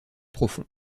profond